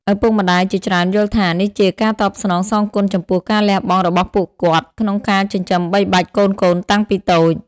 ឪពុកម្ដាយជាច្រើនយល់ថា នេះជាការតបស្នងសងគុណចំពោះការលះបង់របស់ពួកគាត់ក្នុងការចិញ្ចឹមបីបាច់កូនៗតាំងពីតូច។